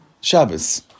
Shabbos